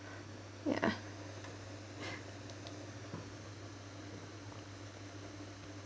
ya